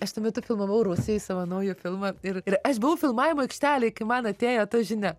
aš tuo metu filmavau rusijoj savo naują filmą ir ir aš buvau filmavimo aikštelėj kai man atėjo ta žinia